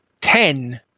ten